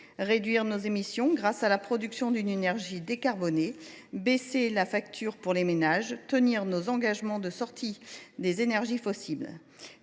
réduire nos émissions grâce à la production d’une énergie décarbonée ; baisser la facture pour les ménages ; tenir notre engagement à sortir des énergies fossiles